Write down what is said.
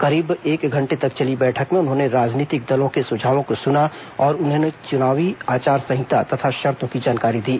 करीब एक घंटे तक चली बैठक में उन्होंने राजनीतिक दलों के सुझावों को सुना और उन्हें चुनावी आचार संहिता तथा शर्तों की जानकारी दी